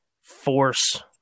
force